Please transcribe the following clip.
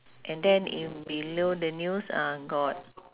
and then in below the news uh got